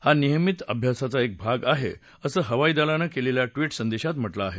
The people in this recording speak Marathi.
हा नियमित अभ्यासाचा एक भाग आहे असं हवाईदलानं केलेल्या ट्विट संदेशात म्हटलं आहे